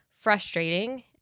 frustrating